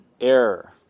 error